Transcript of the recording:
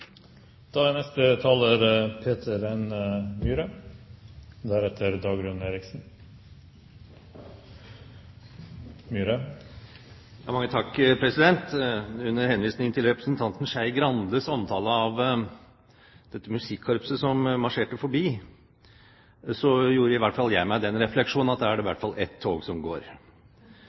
Under henvisning til representanten Skei Grandes omtale av dette musikkkorpset som marsjerte forbi, gjorde i hvert fall jeg meg den refleksjon at da er det i hvert fall ett tog som går.